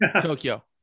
tokyo